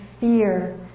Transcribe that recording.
fear